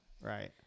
right